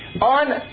on